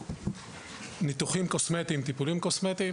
ניתוחים קוסמטיים, טיפולים קוסמטיים